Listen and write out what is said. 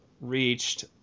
reached